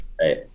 right